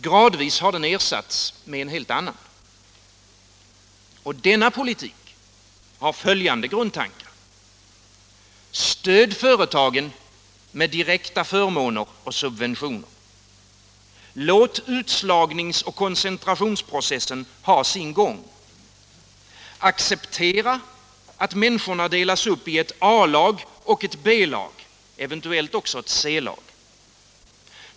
Den har gradvis ersatts med en helt annan. Den politiken har följande grundtankar: Stöd företagen med direkta förmåner och subventioner! Låt utslagnings och koncentrationsprocessen ha sin gång! Acceptera att människorna delas upp i ett A-lag och ett B-lag, eventuellt också ett C-lag!